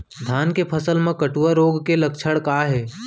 धान के फसल मा कटुआ रोग के लक्षण का हे?